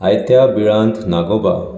आयत्या बिळांत नागोबा